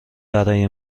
برای